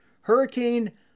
Hurricane